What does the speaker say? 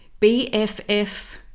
BFF